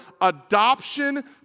adoption